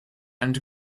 and